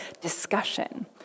discussion